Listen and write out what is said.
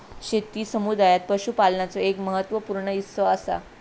शेती समुदायात पशुपालनाचो एक महत्त्व पूर्ण हिस्सो असा